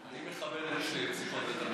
אני מכבד את פסיקות בית המשפט.